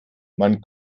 man